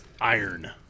iron